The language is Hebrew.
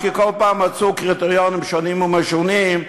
כי כל פעם מצאו קריטריונים שונים ומשונים,